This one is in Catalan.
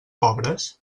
pobres